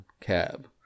cab